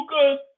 good